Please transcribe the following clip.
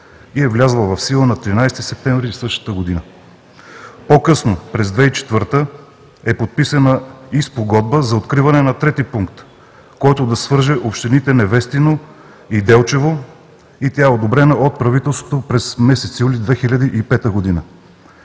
и е влязла в сила на 13 септември 1999 г. По-късно, през 2004 г., е подписана и Спогодба за откриване на трети пункт, който да свърже общините Невестино и Делчево. Тя е одобрена от правителството през месец юли 2005 г.